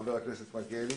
חבר הכנסת מלכיאלי.